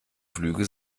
flüge